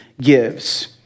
gives